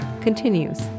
continues